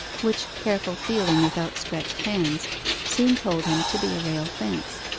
which careful feeling with outstretched hands soon told him to be a rail fence.